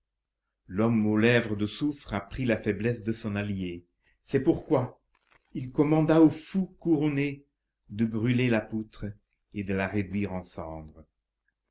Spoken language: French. l'homme aux lèvres de soufre apprit la faiblesse de son alliée c'est pourquoi il commanda au fou couronné de brûler la poutre et de la réduire